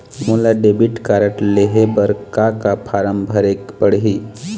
मोला debit card लेहे बर का का फार्म भरेक पड़ही?